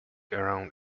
around